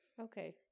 okay